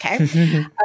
okay